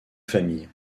familles